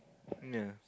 ya